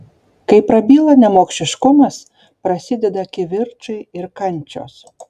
kai prabyla nemokšiškumas prasideda kivirčai ir kančios